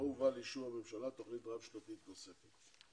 לא הובאה לאישור הממשלה תוכנית רב שנתית נוספת.